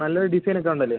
നല്ല ഡിസൈനൊക്കെ ഉണ്ടല്ലേ